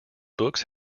books